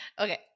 Okay